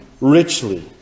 richly